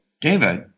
David